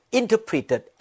interpreted